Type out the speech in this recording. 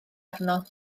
arno